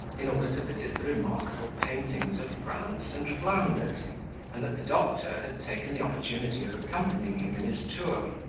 in order to visit the remarkable paintings of france and flanders and that the doctor had taken the opportunity of accompanying him in his tour.